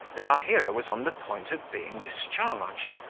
that our hero was on the point of being discharged,